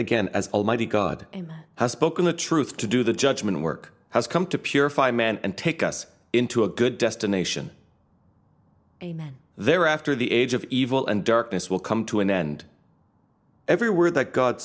again as almighty god has spoken the truth to do the judgment work has come to purify man and take us into a good destination there after the age of evil and darkness will come to an end every word that god